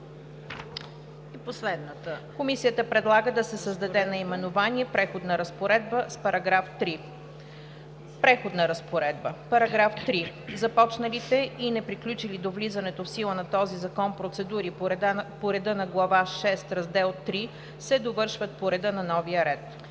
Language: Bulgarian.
години.“ Комисията предлага да се създаде наименование „Преходна разпоредба“ с § 3: „Преходна разпоредба § 3. Започналите и неприключили до влизането в сила на този закон процедури по реда на глава VI, раздел III се довършват по новия ред.“